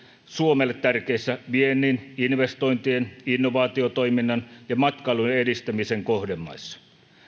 suomelle tärkeissä viennin investointien innovaatiotoiminnan ja matkailun edistämisen kohdemaissa